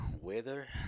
weather